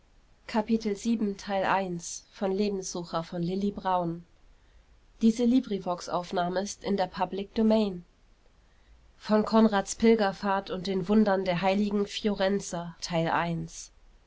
kapitel von konrads pilgerfahrt und den wundern der